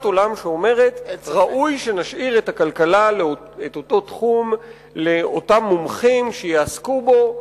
עולם שאומרת: ראוי שנשאיר את אותו תחום לאותם מומחים שיעסקו בו.